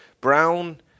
Brown